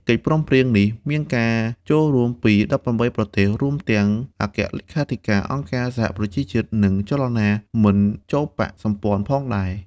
កិច្ចព្រមព្រៀងនេះមានការចូលរួមពី ១៨ ប្រទេស រួមទាំងអគ្គលេខាធិការអង្គការសហប្រជាជាតិ និងចលនាមិនចូលបក្សសម្ព័ន្ធផងដែរ។